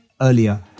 earlier